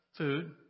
Food